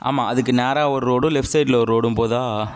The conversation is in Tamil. ஆமாம் அதுக்கு நேராக ஒரு ரோடும் லெஃப்ட் சைடில் ஒரு ரோடும் போகுதா